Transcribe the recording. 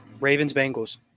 Ravens-Bengals